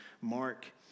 Mark